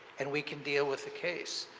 and we can deal with the case.